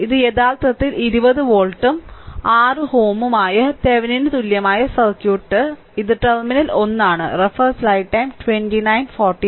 ഇത് യഥാർത്ഥത്തിൽ 20 വോൾട്ടും 6Ω ഉം ആയ തെവെനിൻ തുല്യമായ സർക്യൂട്ടാണ് ഇത് ടെർമിനൽ 1 ആണ്